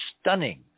stunning